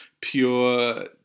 pure